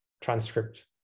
transcript